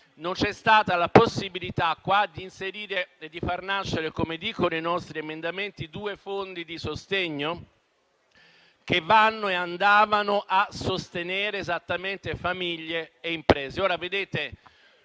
non c'è stata la possibilità di inserire e di far nascere, come dicono i nostri emendamenti, due fondi di sostegno che sarebbero serviti ad aiutare esattamente famiglie e imprese.